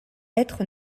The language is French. être